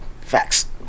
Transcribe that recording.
Facts